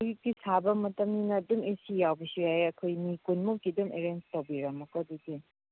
ꯍꯧꯖꯤꯛꯇꯤ ꯁꯥꯕ ꯃꯇꯝꯅꯤꯅ ꯑꯗꯨꯝ ꯑꯦꯁꯤ ꯌꯥꯎꯕꯁꯨ ꯌꯥꯏ ꯑꯩꯈꯣꯏ ꯃꯤ ꯀꯨꯟꯃꯨꯛꯀꯤ ꯑꯗꯨꯝ ꯑꯦꯔꯦꯟꯖ ꯇꯧꯕꯤꯔꯝꯃꯣꯀꯣ ꯑꯗꯨꯗꯤ